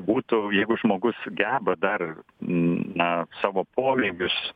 būtų jeigu žmogus geba dar na savo pomėgius